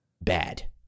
bad